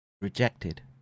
rejected